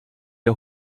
der